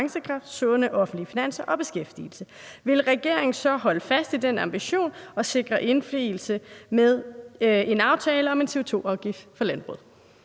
konkurrencekraft, sunde offentlige finanser og beskæftigelse«, vil regeringen så holde fast i denne ambition og sikre den indfriet med en aftale om en CO2-afgift for landbruget?